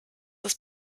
das